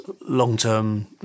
long-term